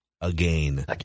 again